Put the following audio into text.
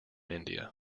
india